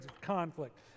conflict